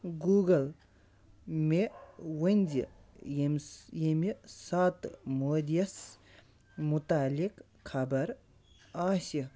Google مےٚ ؤنۍزِ ییٚمہِ ییٚمہِ ساتہٕ مودی یَس مُتعلق خبر آسہِ